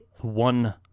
one